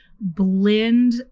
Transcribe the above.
blend